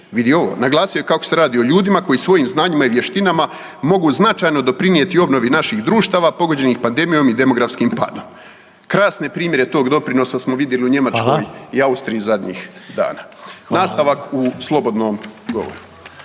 naglasio je kako se radi o ljudima koji svojim znanjima i vještinama mogu značajno doprinijeti obnovi naših društava pogođenih pandemijom i demografskim padom. Krasne primjere tog doprinosa smo vidjeli u Njemačkoj i Austriji zadnji dana. .../Upadica: Hvala./... Nastavak u slobodnom govoru.